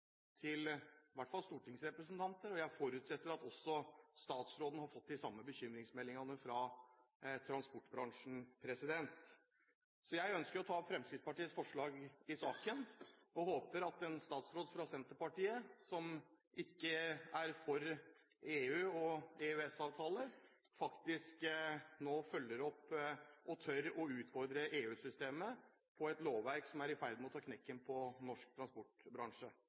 i hvert fall til storingsrepresentanter. Jeg forutsetter at også statsråden har fått de samme bekymringsmeldingene fra transportbransjen. Jeg ønsker å ta opp Fremskrittspartiets forslag i saken og håper at en statsråd fra Senterpartiet, som ikke er for EU og EØS-avtalen, faktisk nå følger opp og tør å utfordre EU-systemet på et lovverk som er i ferd med å ta knekken på norsk transportbransje.